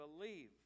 believe